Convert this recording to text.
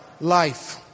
Life